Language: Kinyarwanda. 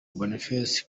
bonfils